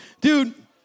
Dude